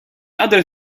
other